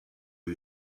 you